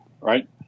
Right